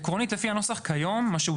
מה אתה